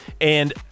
and-